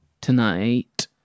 tonight